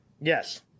Yes